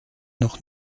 noch